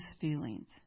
feelings